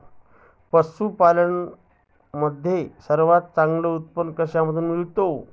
पशूपालन मध्ये सर्वात चांगले उत्पादन कशातून मिळते?